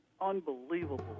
unbelievable